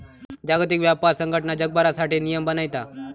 जागतिक व्यापार संघटना जगभरासाठी नियम बनयता